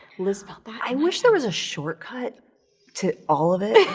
liz felt that. i wish there was a shortcut to all of it.